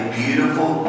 beautiful